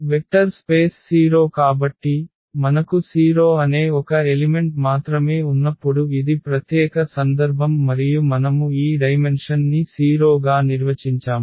vector space 0 కాబట్టి మనకు 0 అనే ఒక ఎలిమెంట్ మాత్రమే ఉన్నప్పుడు ఇది ప్రత్యేక సందర్భం మరియు మనము ఈ డైమెన్షన్ ని 0 గా నిర్వచించాము